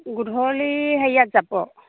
গধূলি হেৰিয়াত যাব